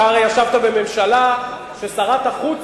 אתה הרי ישבת בממשלה שבה שרת החוץ,